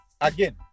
again